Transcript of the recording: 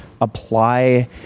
Apply